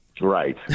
Right